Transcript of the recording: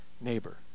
neighbor